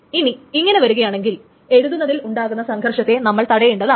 ഇനി ഇങ്ങനെ വരുകയാണെങ്കിൽ എഴുതുന്നതിൽ ഉണ്ടാകുന്ന സംഘർഷത്തെ നമ്മൾ തടയേണ്ടതാണ്